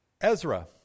Ezra